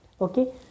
Okay